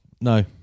no